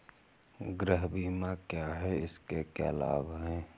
गृह बीमा क्या है इसके क्या लाभ हैं?